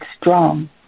strong